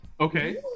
Okay